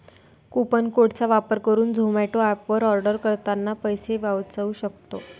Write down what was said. coupon code चा वापर करुन झोमाटो एप वर आर्डर करतांना पैसे वाचउ सक्तो